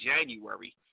January